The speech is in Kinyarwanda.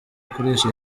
kurisha